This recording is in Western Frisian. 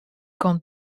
komt